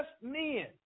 men